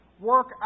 Work